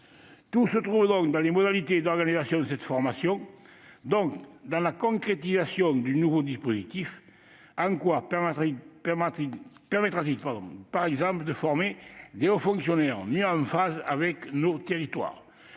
se trouve donc dans les modalités d'organisation de cette formation et dans la concrétisation du nouveau dispositif. En quoi permettra-t-il de former des hauts fonctionnaires qui seront plus en phase avec les territoires